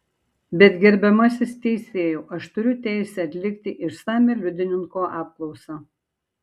bet gerbiamasis teisėjau aš turiu teisę atlikti išsamią liudininko apklausą